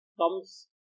comes